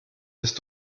ist